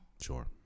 Sure